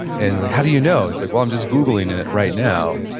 and how do you know? it's like, well, i'm just googling it right now,